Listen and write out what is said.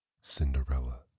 Cinderella